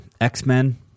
X-Men